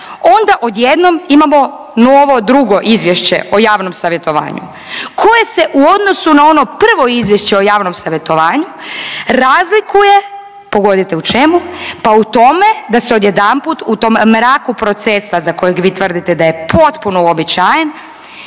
onda odjednom imamo novo drugo izvješće o javnom savjetovanju koje se u odnosu na ono prvo izvješće o javnom savjetovanju razlikuje pogodite u čemu? Pa u tome da se odjedanput u tom mraku procesa za kojeg vi tvrdite da je potpuno uobičajen